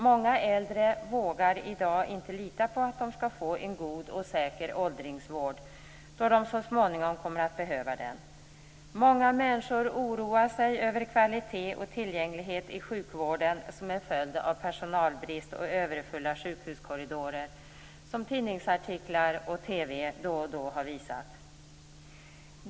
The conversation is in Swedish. Många äldre vågar i dag inte lita på att de skall få en god och säker åldringsvård då de så småningom kommer att behöva den. Många människor oroar sig över kvalitet och tillgänglighet i sjukvården som en följd av personalbrist och överfulla sjukhuskorridorer som tidningsartiklar och TV då och då har visat.